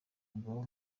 n’umugaba